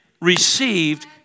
received